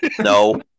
No